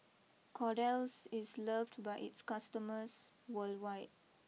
Kordel's is loved by its customers worldwide